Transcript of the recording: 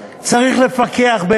צריך לפקח,